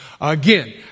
Again